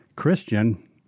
Christian